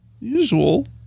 usual